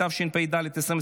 התשפ"ד 2024,